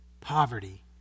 poverty